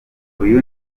uyu